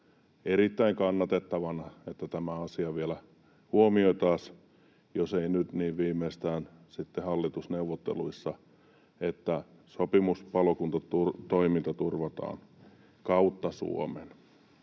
erittäin kannatettavana, että tämä asia vielä huomioitaisiin — jos ei nyt, niin viimeistään sitten hallitusneuvotteluissa — niin että sopimuspalokuntatoiminta turvataan kautta Suomen.